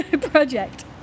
Project